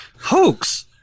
hoax